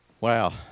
Wow